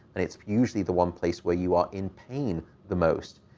and it's usually the one place where you are in pain the most.